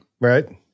Right